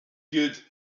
gilt